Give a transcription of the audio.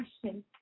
question